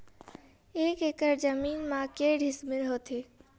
एक एकड़ जमीन मा के डिसमिल होथे?